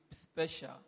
special